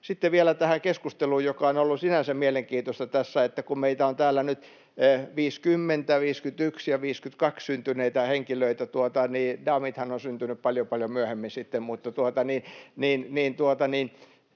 Sitten vielä tähän keskusteluun, joka on ollut sinänsä mielenkiintoista tässä: Kun meitä on täällä nyt 1950, 1951 ja 1952 syntyneitä henkilöitä — daamithan ovat syntyneet paljon, paljon myöhemmin sitten — [Toimi